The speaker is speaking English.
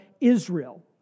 Israel